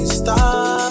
stop